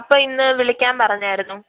അപ്പോൾ ഇന്ന് വിളിക്കാൻ പറഞ്ഞിരുന്നു